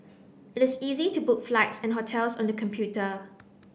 it is easy to book flights and hotels on the computer